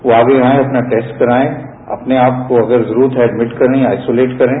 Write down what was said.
वो आगे आए अपना टेस्ट कराएं अपने आपको अगर जरूरत है एडमिट करने या आइसोलेट करें